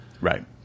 right